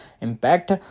impact